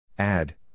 Add